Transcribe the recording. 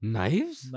Knives